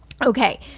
Okay